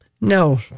No